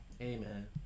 Amen